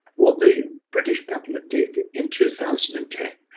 what the british government did in two thousand and ten,